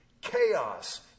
chaos